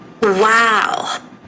Wow